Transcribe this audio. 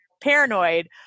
paranoid